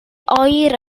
oer